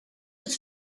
with